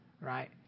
right